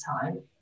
time